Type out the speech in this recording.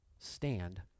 Stand